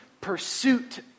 pursuit